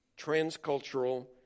transcultural